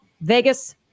Vegas